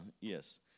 Yes